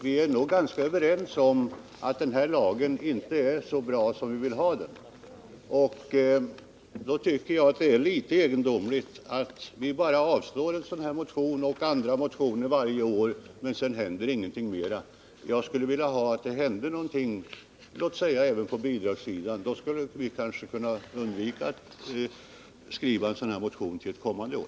Vi är nog ganska överens om att lagen inte är så bra som vi vill att den skall vara. Jag tycker att det är litet egendomligt att en motion som denna, och andra liknande motioner, bara avslås år efter år utan att det händer någonting mer. Jag skulle vilja att det också gjordes något annat,t.ex. på bidragsområdet. Då skulle vi kanske slippa väcka en ny motion i frågan ett kommande år.